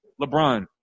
LeBron